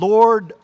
Lord